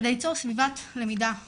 כדי ליצור סביבת למידה יעילה,